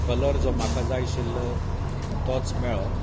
colour जो म्हाका जाय आशिल्लो तोच मेळो